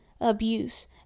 abuse